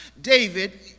David